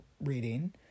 reading